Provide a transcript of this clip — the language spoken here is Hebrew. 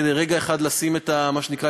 כדי רגע אחד לשים את החותמת,